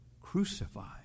crucified